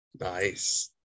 Nice